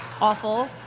awful